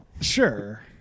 Sure